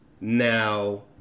now